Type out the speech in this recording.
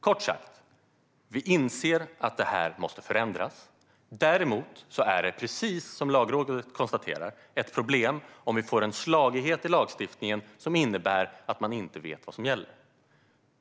Kort sagt: Vi inser att det här måste förändras, men som Lagrådet konstaterar är det ett problem om vi får en slagighet i lagstiftningen som innebär att man inte vet vad som gäller.